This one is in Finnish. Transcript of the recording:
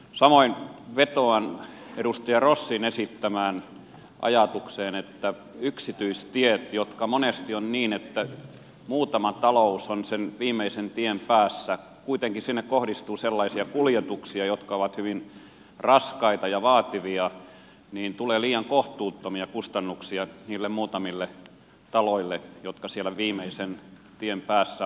samoin vetoan edustaja rossin esittämään ajatukseen yksityisteistä kun monesti on niin että muutama talous on sen viimeisen tien päässä ja kuitenkin sinne kohdistuu sellaisia kuljetuksia jotka ovat hyvin raskaita ja vaativia niin tulee liian kohtuuttomia kustannuksia niille muutamille taloille jotka siellä viimeisen tien päässä ovat